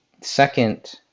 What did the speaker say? second